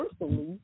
personally